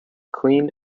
clean